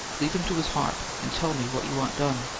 leave him to his harp, and tell me what you want done.